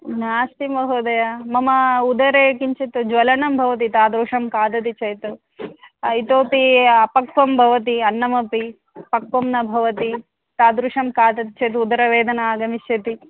नास्ति महोदय मम उदरे किञ्चित् ज्वलनं भवति तादृशं खादति चेत् इतोपि अपक्वं भवति अन्नमपि पक्वं न भवति तादृशं खादति चेत् उदरवेदना आगमिष्यति